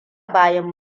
bayan